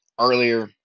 earlier